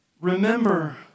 Remember